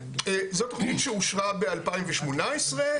תוכנית שאושרה ב-2018,